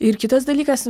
ir kitas dalykas